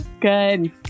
Good